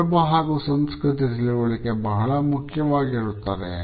ಸಂದರ್ಭ ಹಾಗೂ ಸಂಸ್ಕೃತಿಯ ತಿಳುವಳಿಕೆ ಬಹಳ ಮುಖ್ಯವಾಗುತ್ತದೆ